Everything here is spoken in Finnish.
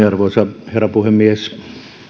arvoisa herra puhemies